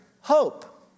hope